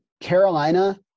Carolina